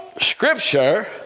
scripture